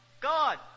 God